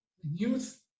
youth